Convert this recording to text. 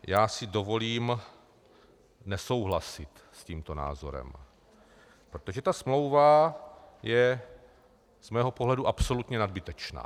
Já si dovolím nesouhlasit s tímto názorem, protože ta smlouva je z mého pohledu absolutně nadbytečná.